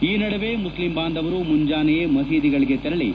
ಈ ನಡುವೆ ಮುಸ್ಲಿಂ ಬಾಂಧವರು ಮುಂಜಾನೆಯೇ ಮಸೀದಿಗಳಿಗೆ ತೆರಳಿ